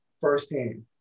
firsthand